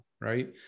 right